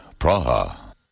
Praha